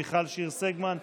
מיכל שיר סגמן,